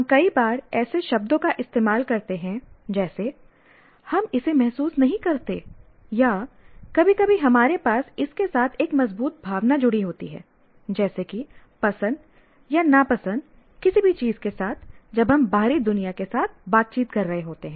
हम कई बार ऐसे शब्दों का इस्तेमाल करते हैं जैसे हम इसे महसूस नहीं करते' या कभी कभी हमारे पास इसके साथ एक मजबूत भावना जुड़ी होती है जैसे कि पसंद या नापसंद किसी भी चीज के साथ जब हम बाहरी दुनिया के साथ बातचीत कर रहे होते हैं